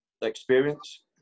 experience